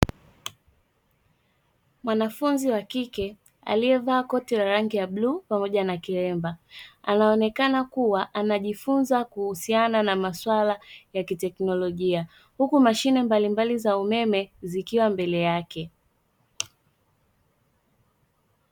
Mwanafunzi wa kike aliyevaa koti la rangi ya bluu pamoja na kiremba, anaonekana kuwa anajifunza kuhusiana na masuala ya kiteknolojia, huku mashine mbalimbali za umeme zikiwa mbele yake.